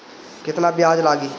केतना ब्याज लागी?